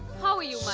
how are you, my